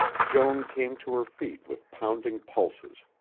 joan came to her feet with pounding pulses.